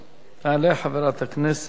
תעלה חברת הכנסת זהבה